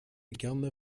gerne